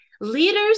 Leaders